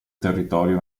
territorio